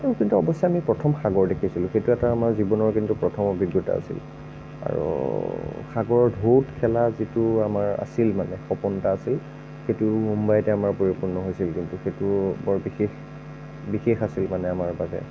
কিন্তু অৱশ্যে আমি প্ৰথম সাগৰ দেখিছিলোঁ সেইটো এটা আমাৰ জীৱনৰ কিন্তু প্ৰথম অভিজ্ঞতা আছিল আৰু সাগৰৰ ঢৌত খেলা যিটো আমাৰ আছিল মানে সপোন এটা আছিল সেইটো মুম্বাইতে আমাৰ পৰিপূৰ্ণ হৈছিল কিন্তু সেইটো বৰ বিশেষ বিশেষ আছিল মানে আমাৰ বাবে